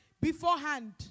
beforehand